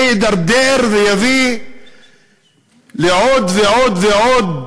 זה יתדרדר ויביא לעוד ועוד ועוד